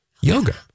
yoga